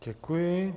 Děkuji.